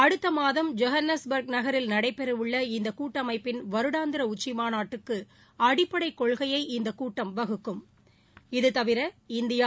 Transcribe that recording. அடுத்த மாதம் ஜோகனஸ்பர்க் நகரில் நடைபெறவுள்ள இந்த கூட்டமைப்பின் வருடாந்திர உச்சிமாநாட்டுக்கு அடிப்படை கொள்கையை இந்த கூட்டம் வகுக்கும் இதுதவிர இந்தியா